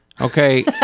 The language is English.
okay